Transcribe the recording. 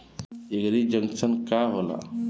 एगरी junction का होला?